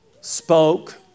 spoke